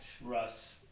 Russ